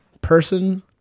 person